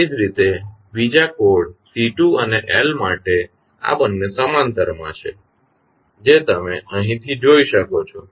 એ જ રીતે બીજા કોડ C2 અને L માટે આ બંને સમાંતરમાં છે જે તમે અહીંથી જોઈ શકો છો